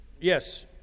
yes